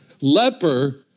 leper